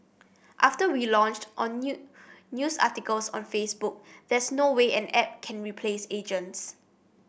after we launched on new news articles on Facebook there's no way an app can replace agents